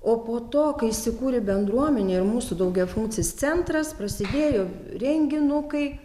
o po to kai įsikūrė bendruomenė ir mūsų daugiafunkcis centras prasidėjo renginukai